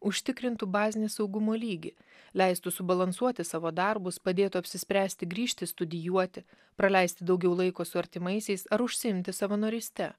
užtikrintų bazinį saugumo lygį leistų subalansuoti savo darbus padėtų apsispręsti grįžti studijuoti praleisti daugiau laiko su artimaisiais ar užsiimti savanoryste